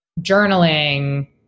journaling